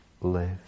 live